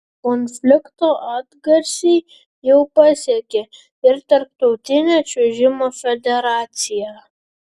konflikto atgarsiai jau pasiekė ir tarptautinę čiuožimo federaciją